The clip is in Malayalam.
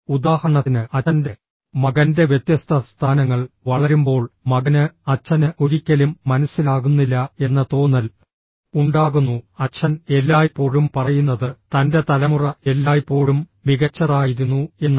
ഉദാഹരണത്തിന് അച്ഛൻ്റെ മകൻ്റെ വ്യത്യസ്ത സ്ഥാനങ്ങൾ വളരുമ്പോൾ മകന് അച്ഛന് ഒരിക്കലും മനസ്സിലാകുന്നില്ല എന്ന തോന്നൽ ഉണ്ടാകുന്നു അച്ഛൻ എല്ലായ്പ്പോഴും പറയുന്നത് തൻ്റെ തലമുറ എല്ലായ്പ്പോഴും മികച്ചതായിരുന്നു എന്നാണ്